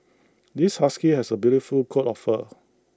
this husky has A beautiful coat of fur